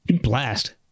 blast